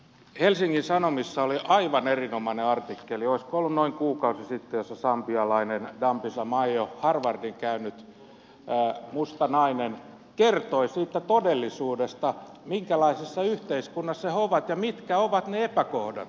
helsingin sanomissa oli aivan erinomainen artikkeli olisiko ollut noin kuukausi sitten jossa sambialainen dambisa moyo harvardin käynyt musta nainen kertoi siitä todellisuudesta minkälaisessa yhteiskunnassa he ovat ja mitkä ovat ne epäkohdat